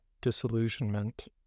disillusionment